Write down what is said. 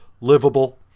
livable